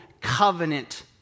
covenant